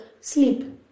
Sleep